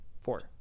four